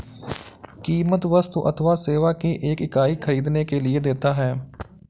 कीमत वस्तु अथवा सेवा की एक इकाई ख़रीदने के लिए देता है